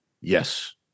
Yes